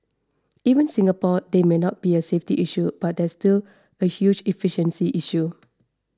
even Singapore there may not be a safety issue but there is still a huge efficiency issue